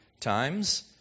times